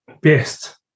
best